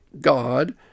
God